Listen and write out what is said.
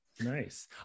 Nice